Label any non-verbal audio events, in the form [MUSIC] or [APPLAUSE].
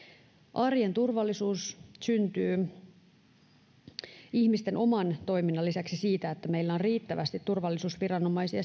arjen turvallisuus syntyy ihmisten oman toiminnan lisäksi siitä että meillä on riittävästi turvallisuusviranomaisia [UNINTELLIGIBLE]